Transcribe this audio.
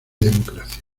democracia